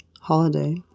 holiday